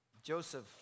Joseph